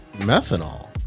methanol